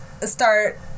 start